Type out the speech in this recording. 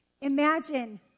Imagine